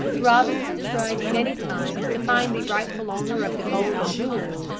robinson tried many times to find the rightful owner of the gold and jewels,